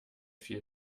viel